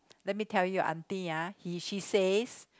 let me tell you aunty ah he she says